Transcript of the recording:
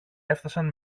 έφθασαν